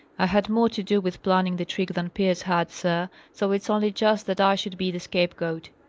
i had more to do with planning the trick than pierce had, sir, so it's only just that i should be the scapegoat.